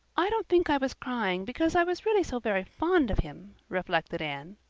i don't think i was crying because i was really so very fond of him, reflected anne.